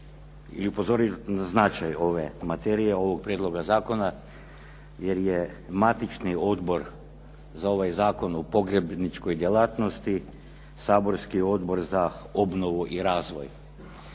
i upozorit na značaj ove materije, ovog prijedloga zakona jer je matični odbor za ovaj Zakon o pogrebničkoj djelatnosti saborski Odbor za obnovu i razvoj,